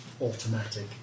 automatic